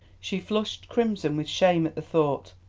she flushed crimson with shame at the thought,